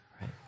right